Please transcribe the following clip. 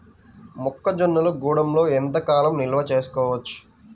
మొక్క జొన్నలు గూడంలో ఎంత కాలం నిల్వ చేసుకోవచ్చు?